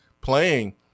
playing